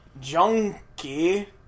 Junkie